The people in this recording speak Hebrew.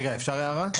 רגע, אפשר הערה?